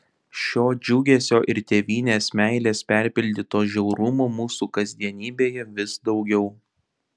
šio džiugesio ir tėvynės meilės perpildyto žiaurumo mūsų kasdienybėje vis daugiau